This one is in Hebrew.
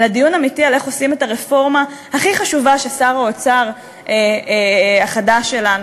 אלא דיון אמיתי על איך עושים את הרפורמה הכי חשובה ששר האוצר החדש שלנו,